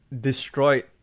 destroyed